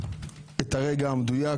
את הרגע המדויק.